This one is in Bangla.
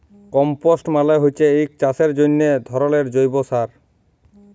কম্পস্ট মালে হচ্যে এক চাষের জন্হে ধরলের জৈব সার